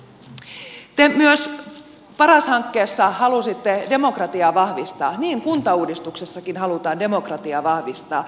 te myös paras hankkeessa halusitte demokratiaa vahvistaa niin kuntauudistuksessakin halutaan demokratiaa vahvistaa